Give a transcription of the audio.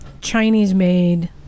Chinese-made